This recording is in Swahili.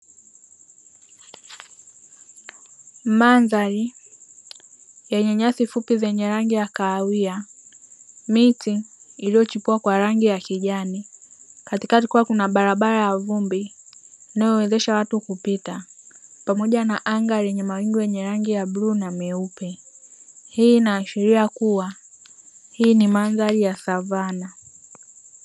Mandhari yenye nyasi fupi zenye rangi ya kahawia, miti iliyochipua kwa rangi ya kijani katikati kukiwa na barabara ya vumbi inayowezesha watu kupita pamoja na anga lenye mawingu ya rangi ya bluu na nyeupe, hii inaashiria kuwa ni mandhari ya savana.